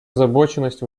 озабоченность